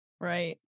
Right